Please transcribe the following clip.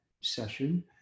session